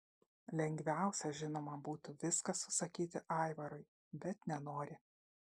lengviausia žinoma būtų viską susakyti aivarui bet nenori